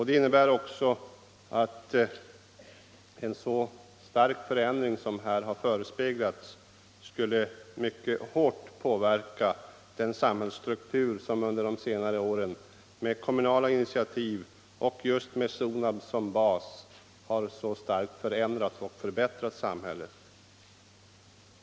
Det innebär också att en så stark förändring som här har förespeglats mycket hårt skulle påverka den samhällsstruktur som under senare år på kommunala initiativ och just med Sonab som bas så kraftigt har förbättrat samhället.